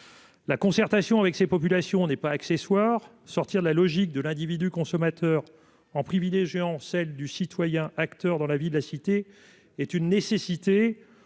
La concertation avec ces populations, on n'est pas accessoire, sortir de la logique de l'individu consommateur en privilégiant celle du citoyen acteur dans la vie de la cité est une nécessité